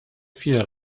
vier